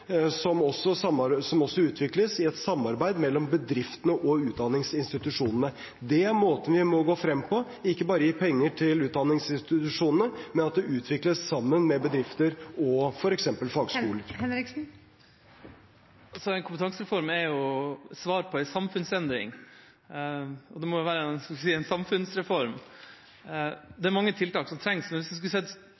som også utvikles i et samarbeid mellom bedriftene og utdanningsinstitusjonene. Det er måten vi må gå frem på – ikke bare gi penger til utdanningsinstitusjonene, men at det utvikles sammen med bedrifter og f.eks. fagskolene. En kompetansereform er jo svar på en samfunnsendring. Det er en samfunnsreform. Det